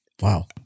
wow